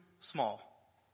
small